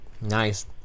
Nice